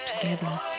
together